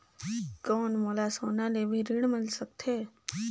कौन मोला सोना ले भी ऋण मिल सकथे?